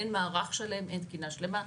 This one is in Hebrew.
אין מערך שלם, אין תקינה שלמה.